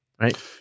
right